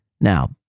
Now